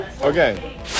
okay